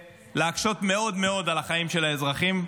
ולהקשות מאוד מאוד על החיים של האזרחים.